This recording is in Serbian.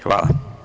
Hvala.